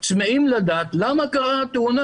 צמאים לדעת למה קרתה התאונה.